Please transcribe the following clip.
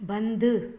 बंदि